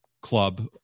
club